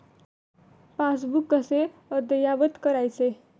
Passbook कसे अद्ययावत करायचे?